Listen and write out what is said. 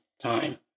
time